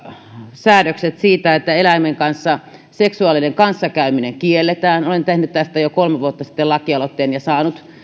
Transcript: säädökset siitä että eläinten kanssa seksuaalinen kanssakäyminen kielletään olen tehnyt tästä jo kolme vuotta sitten lakialoitteen ja saanut